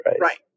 Right